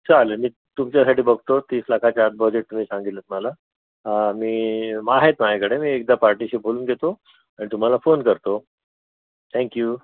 चालेल मी तुमच्यासाठी बघतो तीस लाखाच्या आत बजेट तुम्ही सांगितलंत मला मी आहेत माझ्याकडे मी एकदा पार्टीशी बोलून घेतो आणि तुम्हाला फोन करतो थँक्यू